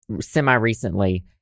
semi-recently